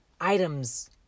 items